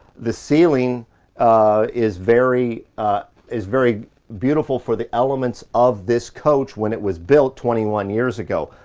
the ceiling is very is very beautiful for the elements of this coach when it was built twenty one years ago.